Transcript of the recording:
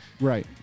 Right